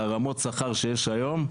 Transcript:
ברמות שכר שיש היום,